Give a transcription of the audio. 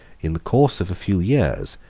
in the course of a few years,